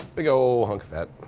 big ol hunk of fat.